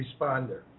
responder